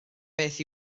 beth